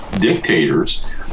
dictators